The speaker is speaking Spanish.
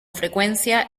frecuencia